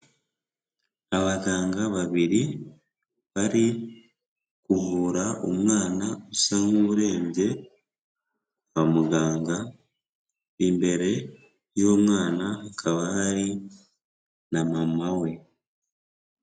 Abaganga babiri bari kuvura umwana usa nk'urembye kwa muganga, imbere y'umwana hakaba hari na mama we.